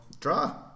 Draw